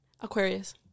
Aquarius